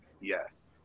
yes